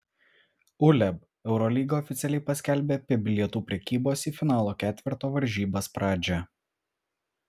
uleb eurolyga oficialiai paskelbė apie bilietų prekybos į finalo ketverto varžybas pradžią